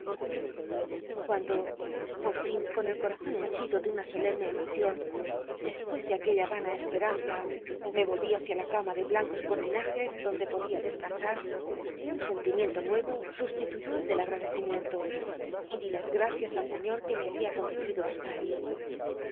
cuando por fin con el cotazon hcnchiqo de una solemne emocion despucs de aquella vana cspc mnza me volví h icia la cama de blancos col'linajcs donde podía dcscans r un sentimiento nuc o sustituyó al del agl'adccimiento y dí las gracias al señor que me había conducido hasta allí